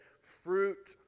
fruit